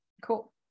cool